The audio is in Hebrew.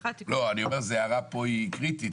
לא, אני אומר הערה פה היא קריטית.